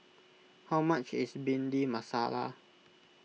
how much is Bhindi Masala